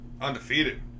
undefeated